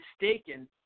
mistaken